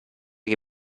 che